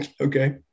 Okay